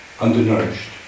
undernourished